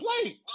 play